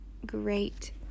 great